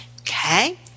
Okay